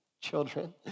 children